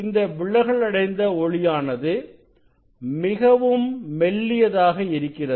இந்த விலகல் அடைந்த ஒளியானது மிகவும் மெல்லியதாக இருக்கிறது